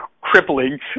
crippling